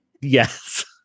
yes